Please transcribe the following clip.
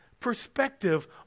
perspective